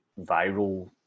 viral